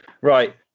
Right